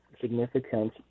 significance